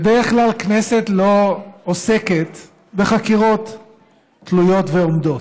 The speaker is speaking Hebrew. בדרך כלל הכנסת לא עוסקת בחקירות תלויות ועומדות.